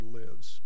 lives